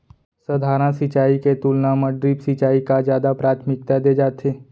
सधारन सिंचाई के तुलना मा ड्रिप सिंचाई का जादा प्राथमिकता दे जाथे